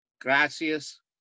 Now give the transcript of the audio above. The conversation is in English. Gracias